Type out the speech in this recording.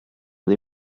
dei